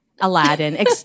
Aladdin